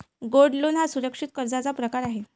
gold loan हा सुरक्षित कर्जाचा प्रकार आहे